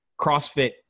CrossFit